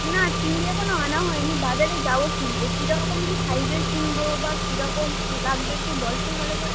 না চিংড়ি এখনও আনা হয় নি বাজারে যাবো কিনতে কী রকম কী সাইজের কিনবো বা কী রকম কী লাগবে একটু বল তো ভালো করে